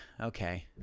okay